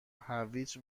هویج